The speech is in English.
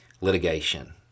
litigation